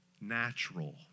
natural